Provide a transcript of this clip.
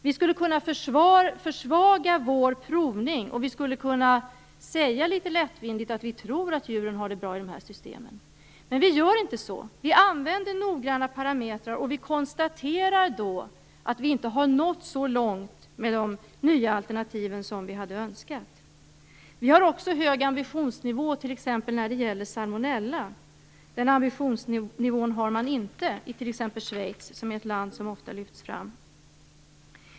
Vi skulle kunna försvaga vår provning och litet lättvindigt säga att vi tror att djuren har det bra i de systemen. Men vi gör inte så. Vi använder noggranna parametrar, och vi konstaterar då att vi inte har nått så långt med de nya alternativen som vi hade önskat. Vi har också hög ambitionsnivå när det gäller t.ex. salmonella. Det har man inte i Schweiz, som är ett land som ofta lyfts fram.